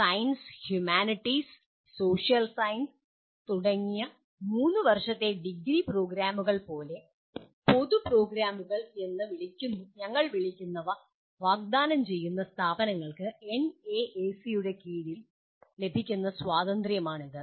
science humanities social science തുടങ്ങിയ 3 വർഷത്തെ degree പ്രോഗ്രാമുകൾ പോലെ പൊതു പ്രോഗ്രാമുകൾ എന്ന് ഞങ്ങൾ വിളിക്കുന്നവ വാഗ്ദാനം ചെയ്യുന്ന സ്ഥാപനങ്ങൾക്ക് എൻഎഎസിയുടെ കീഴിൽ ലഭിക്കുന്ന സ്വാതന്ത്ര്യമാണിത്